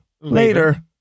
later